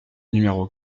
numéro